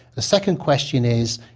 the second question is,